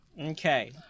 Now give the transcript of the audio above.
Okay